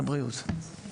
במערכת הבריאות.